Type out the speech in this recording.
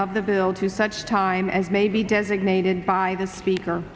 of the bill to such time as may be designated by the speaker